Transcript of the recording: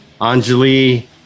Anjali